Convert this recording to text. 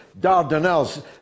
Dardanelles